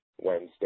Wednesday